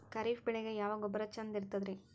ಖರೀಪ್ ಬೇಳಿಗೆ ಯಾವ ಗೊಬ್ಬರ ಚಂದ್ ಇರತದ್ರಿ?